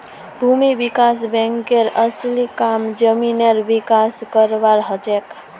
भूमि विकास बैंकेर असली काम जमीनेर विकास करवार हछेक